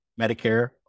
Medicare